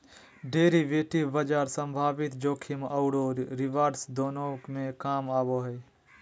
derivative बाजार संभावित जोखिम औरो रिवार्ड्स दोनों में काम आबो हइ